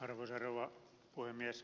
arvoisa rouva puhemies